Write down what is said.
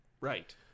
Right